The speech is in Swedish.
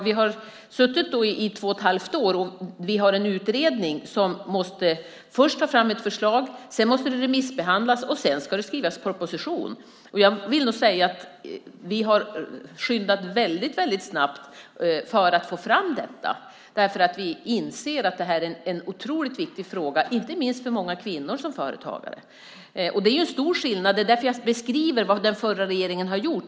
Vi har suttit i två och ett halvt år och har en utredning som först måste ta fram ett förslag som sedan måste remissbehandlas, och sedan ska det skrivas en proposition. Vi har skyndat väldigt för att få fram detta. Vi inser att det här är en otroligt viktig fråga, inte minst för många kvinnor som är företagare. Det är en stor skillnad, och det är därför jag beskriver vad den förra regeringen har gjort.